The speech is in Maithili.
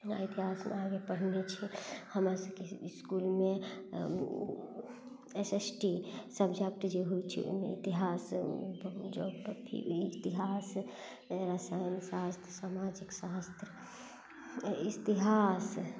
इतिहास मे आगे पढ़ने छै हमरा सबके इसकुलमे एस एस टी सब्जेक्ट जे होइ छै ओहिमे इतिहास जगह इतिहास रासायन शास्त्र सामाजिक शास्त्र इतिहास